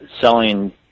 selling